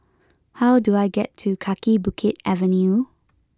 how do I get to Kaki Bukit Avenue